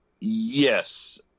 yes